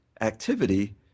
activity